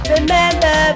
Remember